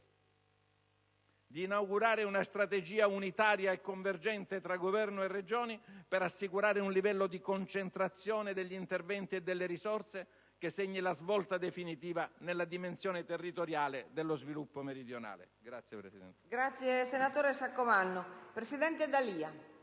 di inaugurare una strategia unitaria e convergente tra Governo e Regioni per assicurare un livello di concentrazione degli interventi e delle risorse che segni la svolta definitiva nella dimensione territoriale dello sviluppo meridionale.